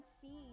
see